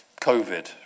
COVID